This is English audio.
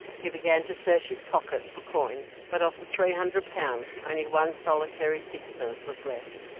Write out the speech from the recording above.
he began to search his pockets for coin, but of the three hundred pounds only one solitary sixpence was left.